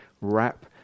wrap